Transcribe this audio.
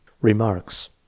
Remarks